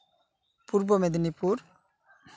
Purba Medinipur